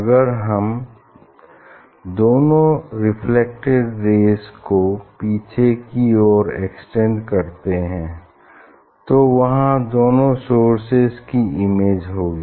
अगर हम दोनों रेफ्लेक्टेड रेज़ को पीछे की ओर एक्सटेंड करते हैं तो वहाँ दोनों सोर्सेज की इमेज होगी